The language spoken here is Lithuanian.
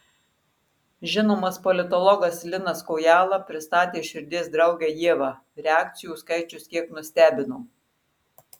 žinomas politologas linas kojala pristatė širdies draugę ievą reakcijų skaičius kiek nustebino